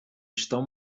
estão